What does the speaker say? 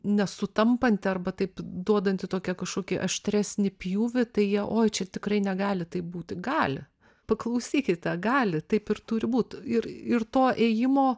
nesutampanti arba taip duodanti tokią kažkokį aštresnį pjūvį tai jie oi čia tikrai negali taip būti gali paklausykite gali taip ir turi būt ir ir to ėjimo